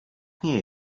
nie